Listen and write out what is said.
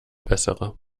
bessere